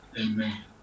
Amen